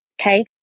Okay